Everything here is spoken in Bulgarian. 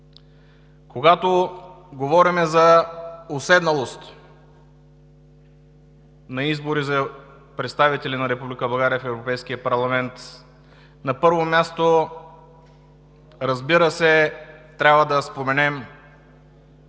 Когато говорим за уседналост на избори за представители на Република България в Европейския парламент, на първо място, разбира се, трябва да споменем